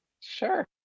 sure